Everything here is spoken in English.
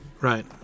right